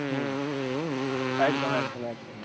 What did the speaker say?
হুম একদম একদম একদম